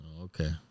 Okay